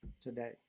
today